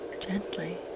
Gently